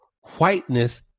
whiteness